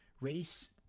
race